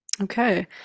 Okay